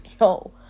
Yo